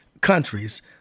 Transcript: countries